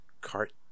cart